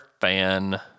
Fan